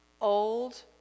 old